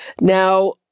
Now